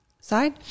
side